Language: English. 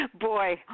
boy